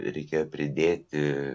reikėjo pridėti